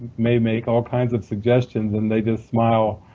may make all kinds of suggestions and they just smile.